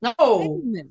no